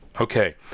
okay